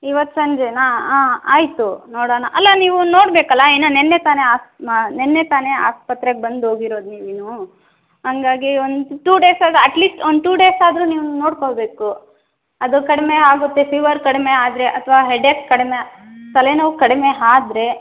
ಇವತ್ತು ಸಂಜೆನಾ ಆಂ ಆಯಿತು ನೋಡೋಣ ಅಲ್ಲ ನೀವು ನೋಡಬೇಕಲ್ಲ ಇನ್ನು ನಿನ್ನೆ ತಾನೇ ಆಸ್ಪ್ ನಿನ್ನೆ ತಾನೇ ಆಸ್ಪತ್ರೆಗೆ ಬಂದು ಹೋಗಿರೋದು ನೀವಿನ್ನು ಹಾಗಾಗಿ ಒಂದು ಟು ಡೇಸ್ ಆದರೂ ಅಟ್ಲಿಸ್ಟ್ ಒಂದು ಟು ಡೇಸ್ ಆದರೂ ನೀವು ನೋಡಿಕೊಳ್ಳಬೇಕು ಅದು ಕಡಿಮೆಯಾಗುತ್ತೆ ಫೀವರ್ ಕಡಿಮೆಯಾದರೆ ಅಥವಾ ಹೆಡ್ಏಕ್ ಕಡಿಮೆ ತಲೆನೋವು ಕಡಿಮೆ ಆದರೆ